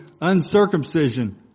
uncircumcision